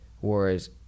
whereas